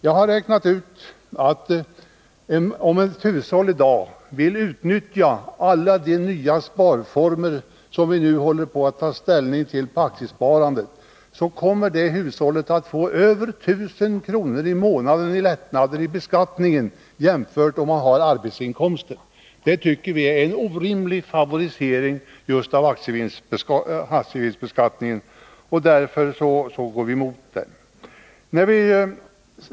Jag har räknat ut att om ett hushåll i dag vill utnyttja alla de nya sparformer inom aktiesparandet som vi nu håller på att ta ställning till, kommer det hushållet att få över 1 000 kr. i månaden i lättnader i beskattningen jämfört med vad som gäller för arbetsinkomster. Vi tycker att det är en orimlig favorisering just av aktiesparandet, och därför går vi emot förslaget.